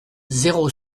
zéro